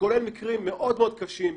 כולל מקרים מאוד קשים.